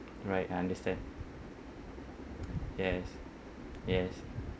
right I understand yes yes